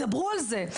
דברו על זה,